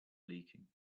leaking